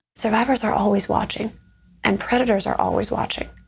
survivors are always watching and predators are always watching.